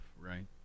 right